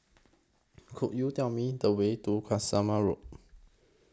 Could YOU Tell Me The Way to Tasmania Road